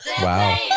Wow